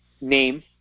name